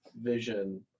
vision